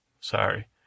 Sorry